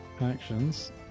Actions